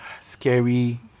scary